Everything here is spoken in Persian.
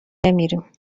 نمیریم